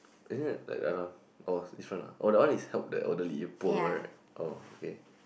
isn't it like the other one or this one lah oh that one is help the elderly poor right oh okay